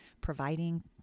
providing